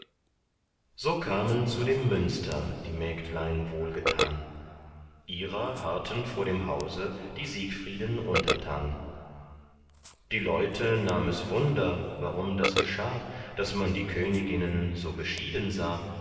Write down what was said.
so kamen zu dem münster die mägdlein wohlgetan ihrer harrten vor dem hause die siegfrieden untertan die leute nahm es wunder warum das geschah daß man die königinnen so geschieden sah